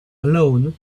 alone